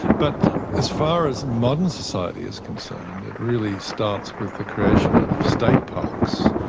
but as far as modern society is concerned, it really starts with the creation of state parks,